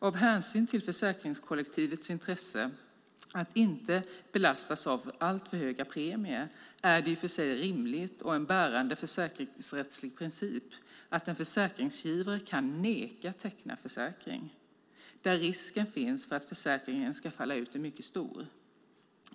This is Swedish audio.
Av hänsyn till försäkringskollektivets intresse att inte belastas av alltför höga premier är det i och för sig rimligt, och en bärande försäkringsrättslig princip, att en försäkringsgivare kan neka teckna försäkring där risken för att försäkringen ska falla ut är mycket stor.